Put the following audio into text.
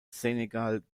senegal